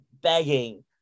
begging